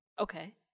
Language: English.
Okay